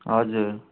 हजुर